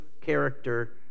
character